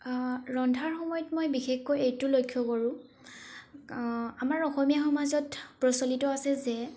ৰন্ধাৰ সময়ত মই বিশেষকৈ এইটো লক্ষ্য কৰো আমাৰ অসমীয়া সমাজত প্ৰচলিত আছে যে